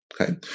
okay